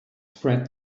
spread